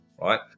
Right